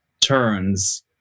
turns